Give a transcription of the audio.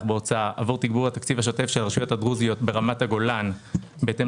בהוצאה עבור תגבור התקציב השוטף של הרשויות הדרוזיות ברמת הגולן בהתאם